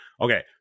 Okay